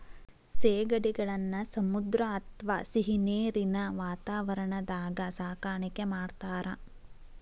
ಸೇಗಡಿಗಳನ್ನ ಸಮುದ್ರ ಅತ್ವಾ ಸಿಹಿನೇರಿನ ವಾತಾವರಣದಾಗ ಸಾಕಾಣಿಕೆ ಮಾಡ್ತಾರ